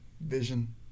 Vision